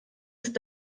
ist